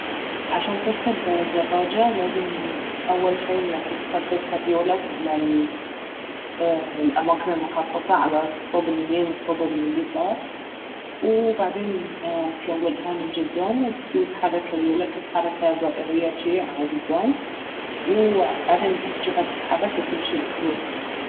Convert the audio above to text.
عشان تركب دراجة لازم اول شيء انك تثبت ريولك على الأماكن المخصصة على الصوب اليمين والصوب اليسار وبعدين تيودها من قدام وتبتدي تحرك ريولك بحركة دائرية جي على قدام وبعدين بتجوفها تتحرك وتمشي بسهولة